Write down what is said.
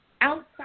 outside